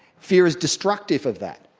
fear is destructive of that.